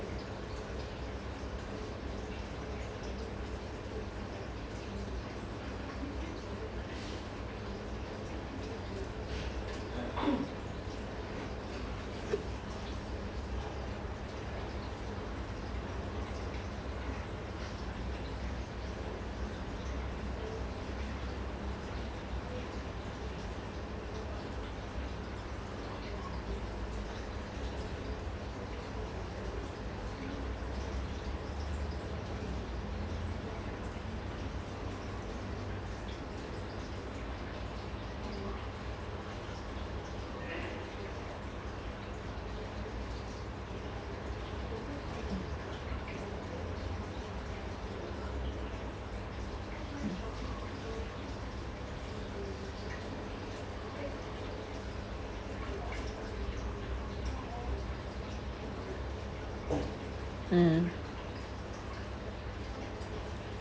mm